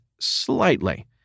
slightly